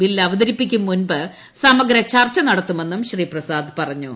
bill അവതരിപ്പിക്കും മുമ്പ് സമഗ്ര ചർച്ച നടത്തുമെന്നും ശ്രീ പ്രസാദ് പറഞ്ഞു